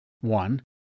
One